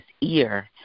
ear